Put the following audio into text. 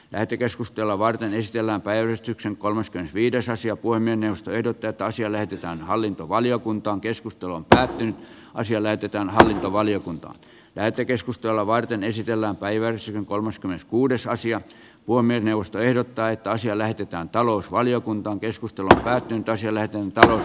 lähetekeskustelua varten stella päivystyksen kolmas viides asia voi mennä ostoehdot jotta asia näytetään hallintovaliokunta on keskustelun tärkein asia näytetään hallintovaliokuntaan käyty keskustelua varten ei sisällä päiväksi kolmaskymmeneskuudes aasia puomien jaosto ehdottaa että asialle pitää talousvaliokunta keskustelut käytiin toiselle tasolle